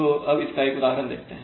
तो अब इसका एक उदाहरण देखते हैं